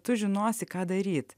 tu žinosi ką daryti